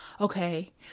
okay